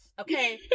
okay